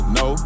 no